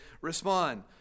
respond